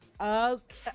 okay